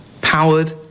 powered